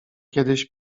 kiedyś